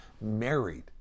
married